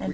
and